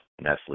Nestle